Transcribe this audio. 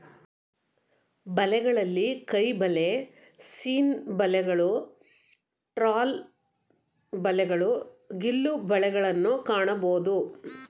ಬಲೆಗಳಲ್ಲಿ ಕೈಬಲೆ, ಸೀನ್ ಬಲೆಗಳು, ಟ್ರಾಲ್ ಬಲೆಗಳು, ಗಿಲ್ಲು ಬಲೆಗಳನ್ನು ಕಾಣಬೋದು